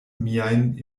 miajn